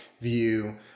view